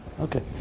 Okay